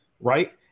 right